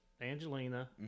Angelina